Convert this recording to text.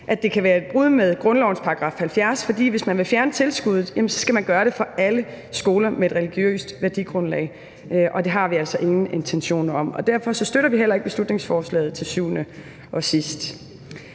at det kan være et brud med grundlovens § 70, for hvis man vil fjerne tilskuddet, skal man gøre det for alle skoler med et religiøst værdigrundlag, og det har vi altså ingen intentioner om, og derfor støtter vi heller ikke beslutningsforslaget til syvende og sidst.